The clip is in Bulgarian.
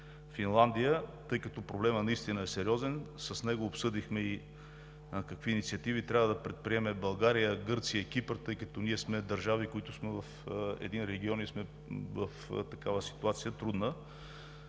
тъй като проблемът наистина е сериозен. С него обсъдихме и какви инициативи трябва да предприемат България, Гърция и Кипър, тъй като сме държави в един регион и сме в трудна ситуация.